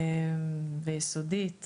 מאוד ויסודית